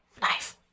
Nice